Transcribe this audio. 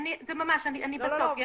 זה ממש, אני בסוף.